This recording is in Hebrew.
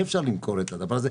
אי אפשר למכור את הדבר הזה,